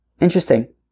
interesting